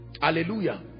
hallelujah